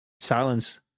silence